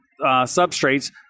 substrates